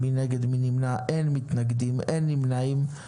אין מתנגדים ואין נמנעים.